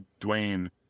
Dwayne